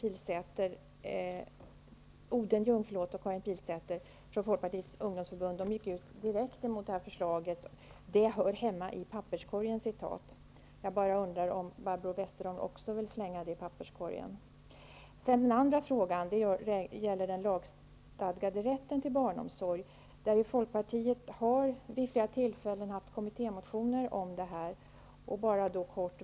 Helén Odenljung och Karin Pilsäter från Folkpartiets ungdomsförbund tog direkt avstånd från förslaget och gick ut och sade att det hör hemma i papperskorgen. Jag undrar bara om också Barbro Westerholm vill slänga förslaget i papperskorgen. Min andra fråga gäller den lagstadgade rätten till barnomsorg. Folkpartiet har vid flera tillfället väckt kommittémotioner i frågan.